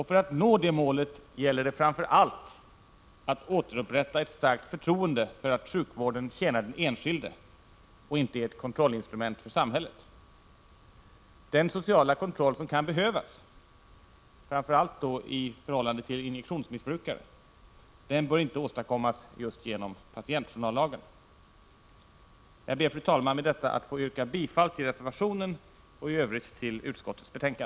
För att nå det målet gäller det framför allt att återupprätta ett starkt förtroende för att sjukvården tjänar den enskilde och inte är ett kontrollinstrument för samhället. Den sociala kontroll som behövs, framför allt i förhållande till injektionsmissbrukare, bör inte åstadkommas genom just patientjournallagen. Jag ber, fru talman, att få yrka bifall till reservationen och i övrigt till utskottets hemställan.